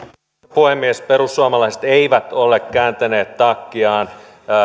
puhemies perussuomalaiset eivät ole kääntäneet takkiaan